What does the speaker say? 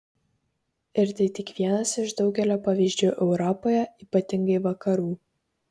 ir tai tik vienas iš daugelio pavyzdžių europoje ypatingai vakarų